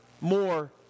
more